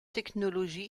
technologies